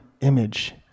image